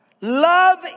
Love